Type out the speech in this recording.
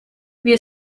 wir